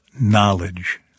knowledge